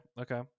Okay